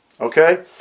Okay